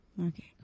okay